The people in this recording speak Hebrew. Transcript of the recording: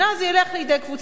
זה ילך לידי קבוצה קטנה.